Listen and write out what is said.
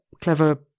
clever